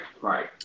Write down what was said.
right